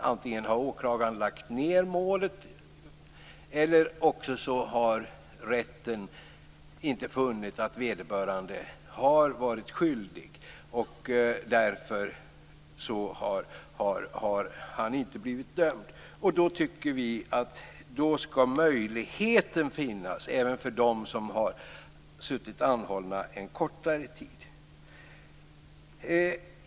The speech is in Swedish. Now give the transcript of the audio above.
Antingen har åklagaren lagt ned målet, eller också har rätten inte funnit att vederbörande har varit skyldig. Därför har han inte blivit dömd. Då skall möjligheten finnas - även för dem som har suttit anhållna en kortare tid.